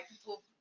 people